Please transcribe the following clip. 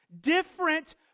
different